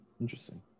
Interesting